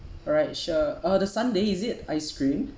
alright sure uh the sundae is it ice cream